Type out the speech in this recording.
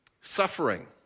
suffering